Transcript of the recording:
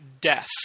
death